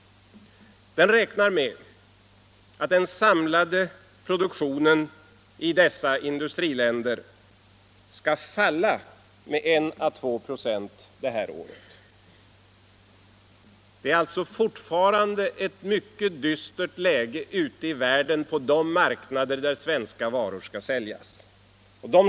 Den räknar med att den samlade produktionen i dessa industriländer skall falla med 1-2 96 i år. Det ekonomiska läget ute i världen, på de marknader där svenska varor skall säljas, är alltså fortfarande mycket dystert.